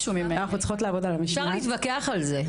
אפשר להתווכח על זה.